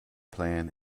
plan